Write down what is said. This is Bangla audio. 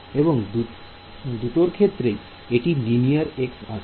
এবং দুটোর ক্ষেত্রেই একটি লিনিয়ার x আছে